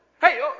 Hey